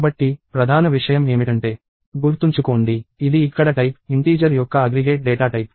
కాబట్టి ప్రధాన విషయం ఏమిటంటే గుర్తుంచుకోండి ఇది ఇక్కడ టైప్ ఇంటీజర్ యొక్క అగ్రిగేట్ డేటా టైప్